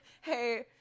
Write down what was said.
Hey